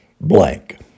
blank